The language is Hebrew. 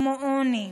כמו עוני,